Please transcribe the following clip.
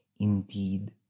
Indeed